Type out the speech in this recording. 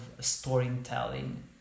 storytelling